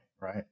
right